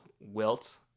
WILT